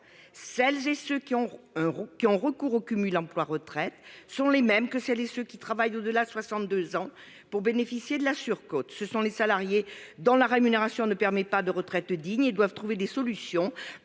Celles et ceux qui ont recours au cumul emploi-retraite sont également celles et ceux qui travaillent au-delà de 62 ans pour bénéficier de la surcote. Ce sont les salariés dont la rémunération ne permet pas de percevoir une retraite digne et qui doivent trouver des solutions